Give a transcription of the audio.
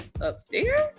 upstairs